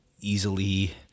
easily